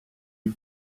you